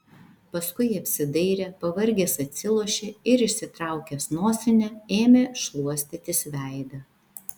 paskui apsidairė pavargęs atsilošė ir išsitraukęs nosinę ėmė šluostytis veidą